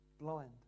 blind